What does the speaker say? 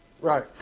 Right